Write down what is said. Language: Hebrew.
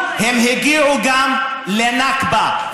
הן הגיעו גם לנכבה.